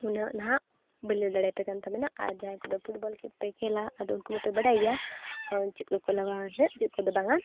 ᱩᱱᱟᱹᱜ ᱱᱟᱦᱟᱜ ᱵᱟᱹᱧ ᱞᱟᱹᱭ ᱫᱟᱲᱮᱣᱟᱯᱮ ᱠᱟᱱ ᱛᱟᱵᱚᱱᱟ ᱟᱨ ᱡᱟᱦᱟᱸᱭ ᱠᱚᱫᱚ ᱯᱷᱩᱴᱵᱚᱞ ᱯᱮ ᱠᱷᱮᱞᱟ ᱟᱫᱚ ᱩᱱᱠᱩ ᱢᱟᱯᱮ ᱵᱟᱰᱟᱭ ᱜᱮᱭᱟ ᱠᱚ ᱪᱮᱫ ᱠᱚᱠᱚ ᱞᱟᱜᱟᱣᱟ ᱮᱱᱛᱮᱫ ᱪᱮᱫ ᱠᱚᱫᱚ ᱵᱟᱝᱼᱟ